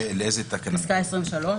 פסולת.